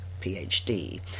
PhD